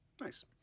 nice